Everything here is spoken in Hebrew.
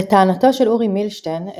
לטענתו של אורי מילשטיין,